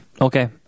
Okay